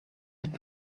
had